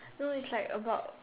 no it's like about